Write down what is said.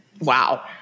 Wow